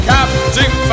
Captain